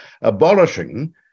abolishing